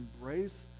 embrace